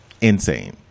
insane